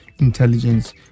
intelligence